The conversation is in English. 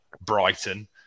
Brighton